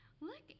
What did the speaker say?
Look